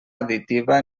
additiva